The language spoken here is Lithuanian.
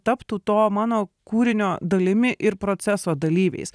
taptų to mano kūrinio dalimi ir proceso dalyviais